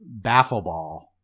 Baffleball